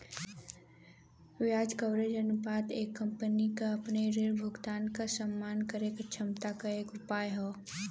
ब्याज कवरेज अनुपात एक कंपनी क अपने ऋण भुगतान क सम्मान करे क क्षमता क एक उपाय हौ